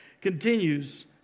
Continues